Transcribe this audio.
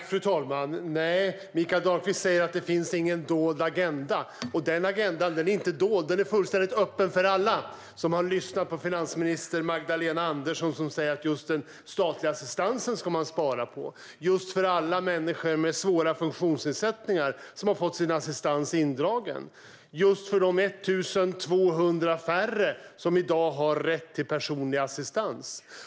Fru talman! Mikael Dahlqvist säger att det inte finns någon dold agenda. Nej, den agendan är inte dold - den är fullständigt öppen för alla som har lyssnat på finansminister Magdalena Andersson, som säger att den statliga assistansen ska man spara på för alla människor med svåra funktionsnedsättningar som har fått sin assistans indragen och de 1 200 färre som i dag har rätt till personlig assistans.